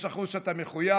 יש אחוז שאתה מחויב לו,